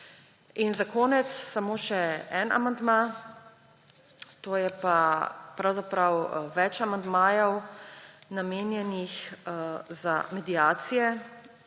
Za konec samo še en amandma, to je pa pravzaprav več amandmajev, namenjenih za mediacije.